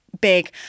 big